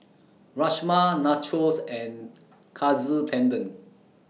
Rajma Nachos and Katsu Tendon